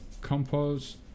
compost